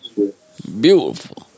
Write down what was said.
Beautiful